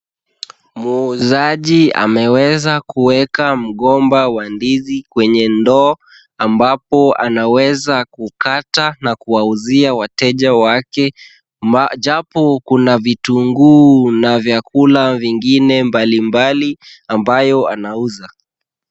Muuzaji ameweza kuweka mgomba wa ndizi kwenye ndoo, ambapo anaweza kukata na kuwauzia wateja wake, japo kuna vitunguu na vyakula vingine mbalimbali ambayo anauza.